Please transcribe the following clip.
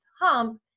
hump